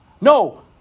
No